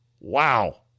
Wow